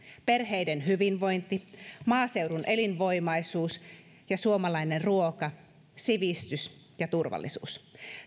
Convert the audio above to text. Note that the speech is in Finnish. perheiden hyvinvointi maaseudun elinvoimaisuus ja suomalainen ruoka sivistys ja turvallisuus